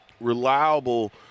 reliable